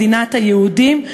מדינת היהודים,